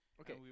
Okay